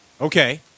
Okay